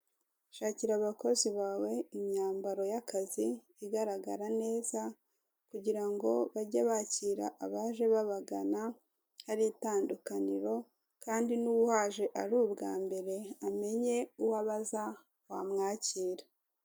Shakira abakozi bawe imyambaro y'akazi igaragara neza, kugira ngo bage bakira abaje babagana, hari itandukaniro. Kandi n'uhaje ari ubwa mbere amenye uwo abaza wamwakira.